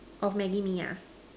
of Maggi Mee ah